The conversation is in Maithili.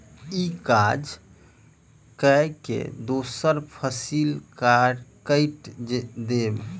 ई काज कय के दोसर फसिल कैट देब